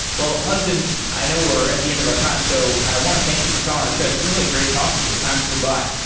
well, hudson, i know we're at the end of our time. so i want to thank you for coming on the show. it's been really great talking to you. the time flew by.